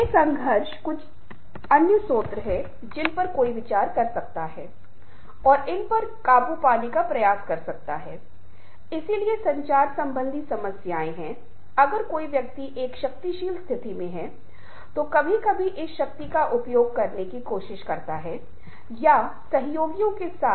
रचनात्मकता के साथ आप परिवर्तन प्रबंधन भावनात्मक बुद्धिमत्ता को कैसे जोड़ सकते हैं इसके बारे में सोंचे क्योंकि हमारी बातचीत में हमने भावनात्मक बुद्धि और रचनात्मकता के बारे में बात की थी